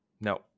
no